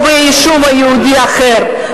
או ביישוב יהודי אחר,